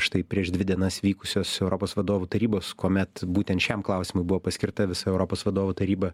štai prieš dvi dienas vykusios europos vadovų tarybos kuomet būtent šiam klausimui buvo paskirta visa europos vadovų taryba